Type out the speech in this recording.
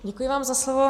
Děkuji vám za slovo.